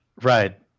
right